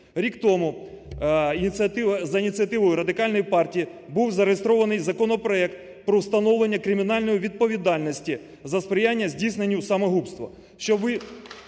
Рік тому за ініціативою Радикальної партії був зареєстрований законопроект про встановлення кримінальної відповідальності за сприяння здійсненню самогубства.